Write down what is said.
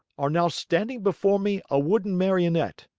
are now standing before me a wooden marionette?